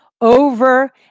over